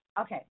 Okay